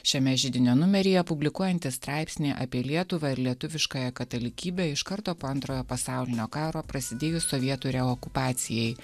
šiame židinio numeryje publikuojantis straipsnį apie lietuvą ir lietuviškąją katalikybę iš karto po antrojo pasaulinio karo prasidėjus sovietų reokupacijai